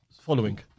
following